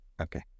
Okay